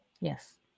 Yes